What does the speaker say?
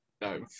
No